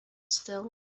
still